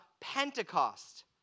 Pentecost